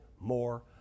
more